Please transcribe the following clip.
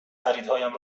خریدهایم